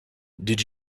did